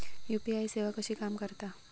UPI सेवा कशी काम करता?